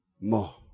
more